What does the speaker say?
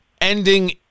ending